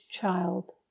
child